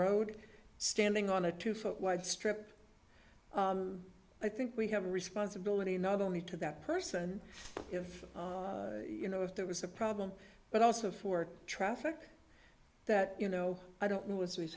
road standing on a two foot wide strip i think we have a responsibility not only to that person if you know if there was a problem but also for traffic that you know i don't know